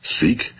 Seek